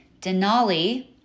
denali